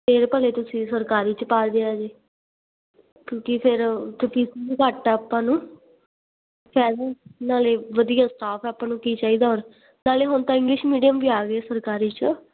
ਫਿਰ ਭਲੇ ਤੁਸੀਂ ਸਰਕਾਰੀ 'ਚ ਪਾ ਦਿਆ ਜੇ ਕਿਉਂਕਿ ਫਿਰ ਕਿਉਂਕਿ ਘੱਟ ਆਪਾਂ ਨੂੰ ਨਾਲੇ ਵਧੀਆ ਸਟਾਫ ਆਪਾਂ ਨੂੰ ਕੀ ਚਾਹੀਦਾ ਔਰ ਨਾਲੇ ਹੁਣ ਤਾਂ ਇੰਗਲਿਸ਼ ਮੀਡੀਅਮ ਵੀ ਆ ਗਏ ਸਰਕਾਰੀ 'ਚ